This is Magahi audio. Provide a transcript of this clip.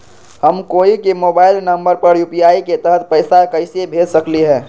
हम कोई के मोबाइल नंबर पर यू.पी.आई के तहत पईसा कईसे भेज सकली ह?